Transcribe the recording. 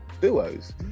duos